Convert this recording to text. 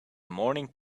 morning